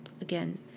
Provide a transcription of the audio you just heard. Again